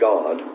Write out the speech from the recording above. God